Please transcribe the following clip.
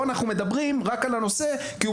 פה אנחנו מדברים על הנושא כי הוא